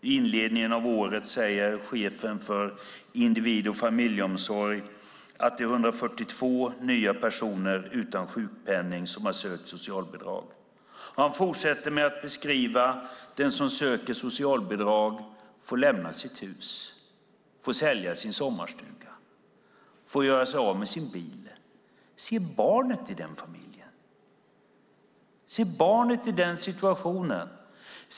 Chefen för individ och familjeomsorg säger vid inledningen av året att det är 142 nya personer utan sjukpenning som har sökt socialbidrag. Han fortsätter med att beskriva att den som söker socialbidrag får lämna sitt hus, sälja sin sommarstuga och göra sig av med sin bil. Se barnet i den familjen! Se barnet i den situationen!